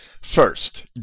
First